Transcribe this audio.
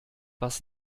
was